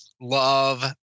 Love